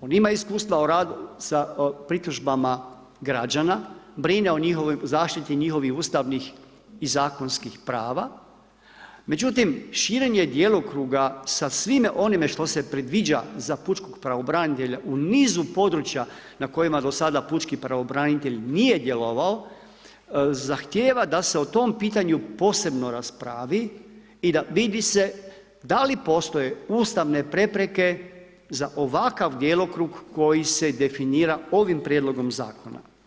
on ima iskustva u radu sa pritužbama građana, brine o zaštiti njihovih ustavnih i zakonskih prava međutim širenje djelokruga sa svim onime što se predviđa za pučkog pravobranitelja u nizu područja na kojima do sada pučki pravobranitelj nije djelovao zahtjeva da se o tom pitanju posebno raspravi i da vidi se da li postoje ustavne prepreke za ovakav djelokrug koji se definira ovim prijedlogom zakona.